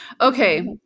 Okay